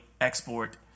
export